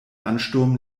ansturm